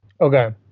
okay